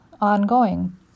ongoing